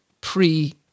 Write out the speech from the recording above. pre-